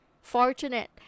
fortunate